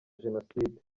jenoside